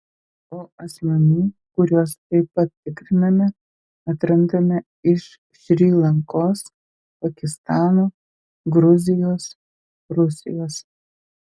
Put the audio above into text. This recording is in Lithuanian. o asmenų kuriuos taip pat tikriname atrandame iš šri lankos pakistano gruzijos rusijos